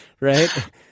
right